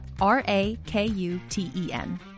R-A-K-U-T-E-N